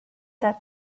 that